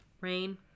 Rain